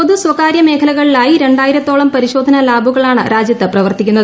പൊതു സ്വകാര്യ മേഖലകളിലായി രണ്ടായ്ടിരത്തോളം പരിശോധനാ ലാബുകൾ ആണ് രാജ്യത്ത് പ്രവർത്തിക്കുന്നത്